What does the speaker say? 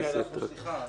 כן, סליחה.